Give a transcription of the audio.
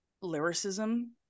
lyricism